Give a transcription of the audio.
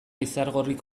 izargorrik